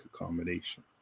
accommodation